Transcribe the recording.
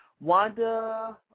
Wanda